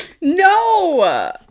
no